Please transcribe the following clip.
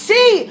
See